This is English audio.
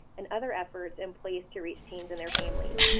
and other efforts in place to reach teens and their families.